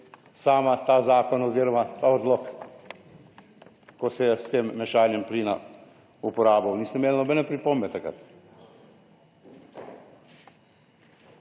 sama ta zakon oziroma ta odlok, ko se je s tem mešanjem plina uporabil, niste imela nobene pripombe takrat.